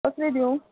कसली दिवूं